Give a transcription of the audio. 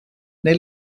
neu